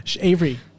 Avery